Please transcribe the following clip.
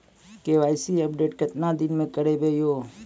KYC update केतना दिन मे करेबे यो?